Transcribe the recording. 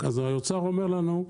אז האוצר אומר לנו,